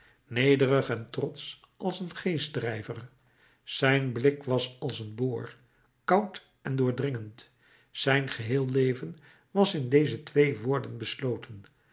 nederig en trotsch als een geestdrijver zijn blik was als een boor koud en doordringend zijn geheel leven was in deze twee woorden besloten